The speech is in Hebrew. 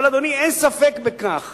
אבל, אדוני, אין ספק בכך